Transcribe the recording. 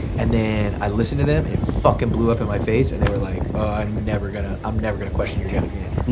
and then i listen to them, and it fucking blew up in my face. and they're like i'm never gonna um never gonna question your gut again.